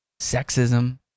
sexism